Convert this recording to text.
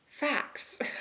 facts